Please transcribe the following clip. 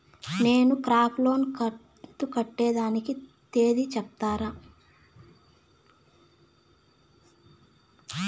నేను crop loan కంతు కట్టేదానికి తేది సెప్తారా?